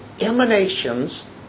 emanations